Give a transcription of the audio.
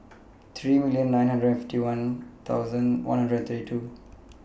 three million nine hundred and fifty one one hundred and thirty two